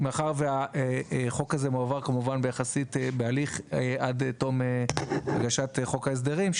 מאחר והחוק הזה מועבר עד תום הגשת חוק ההסדרים,